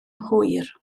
hwyr